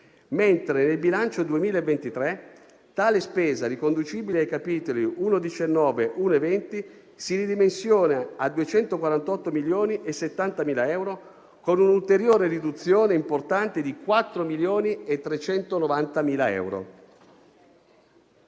mentre nel bilancio 2023 tale spesa, riconducibile ai capitoli 1.19 e 1.20, si ridimensiona a 248.070.000 euro, con un'ulteriore riduzione importante di 4.390.000 euro.